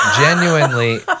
genuinely